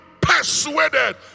persuaded